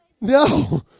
no